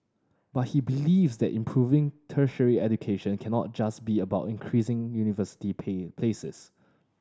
but he believes that improving tertiary education cannot just be about increasing university pay places